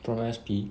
from S_P